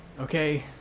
okay